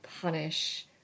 punish